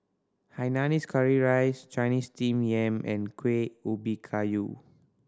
hainanese curry rice Chinese Steamed Yam and Kueh Ubi Kayu